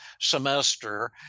semester